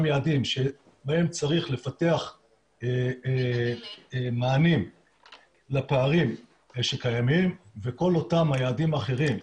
יעדים שבהם צריך לפתח מענים לפערים שקיימים וכל אותם היעדים האחרים,